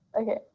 okay